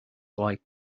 like